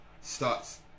starts